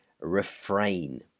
refrain